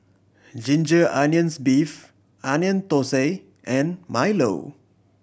ginger onions beef Onion Thosai and milo